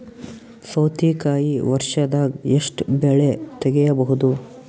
ಸೌತಿಕಾಯಿ ವರ್ಷದಾಗ್ ಎಷ್ಟ್ ಬೆಳೆ ತೆಗೆಯಬಹುದು?